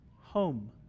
home